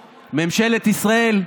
לא הכול ביבי אשם.